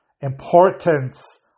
importance